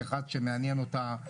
שאם את נתקלת בהצעות חוק כמו שלי,